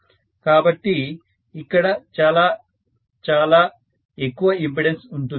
కాబట్టి ఇక్కడ చాలా చాలా ఎక్కువ ఇంపెడెన్స్ ఉంటుంది